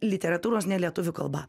literatūros ne lietuvių kalba